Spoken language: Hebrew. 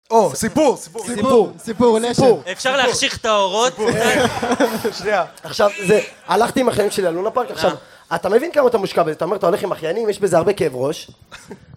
או, סיפור! סיפור! סיפור! סיפור! סיפור! אפשר להחשיך את האורות? שנייה... עכשיו, זה... הלכתי עם החיים שלי על לונה פארק, עכשיו... אתה מבין כמה אתה מושקע בזה? אתה אומר, אתה הולך עם אחיינים, יש בזה הרבה כאב ראש...